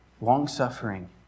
long-suffering